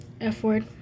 F-word